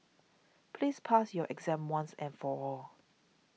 please pass your exam once and for all